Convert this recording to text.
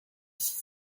six